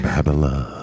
Babylon